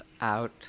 out